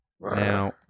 Now